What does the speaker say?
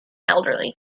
elderly